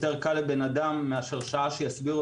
יותר קל לאדם פשוט לצלם